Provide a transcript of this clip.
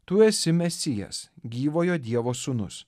tu esi mesijas gyvojo dievo sūnus